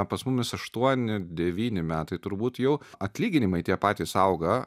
pas mumis aštuoni devyni metai turbūt jau atlyginimai tie patys auga